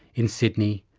in sydney,